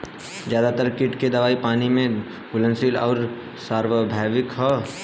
ज्यादातर कीट के दवाई पानी में घुलनशील आउर सार्वभौमिक ह?